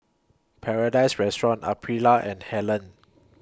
Paradise Restaurant Aprilia and Helen